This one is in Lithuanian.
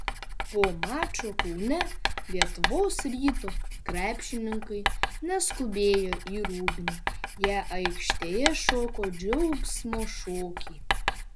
po mačo kaune lietuvos ryto krepšininkai neskubėjo į rūbinę jie aikštėje šoko džiaugsmo šokį